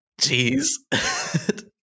Jeez